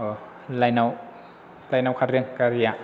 लाइनआव लाइनआव खारगोन गारिया